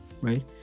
right